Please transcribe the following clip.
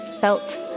felt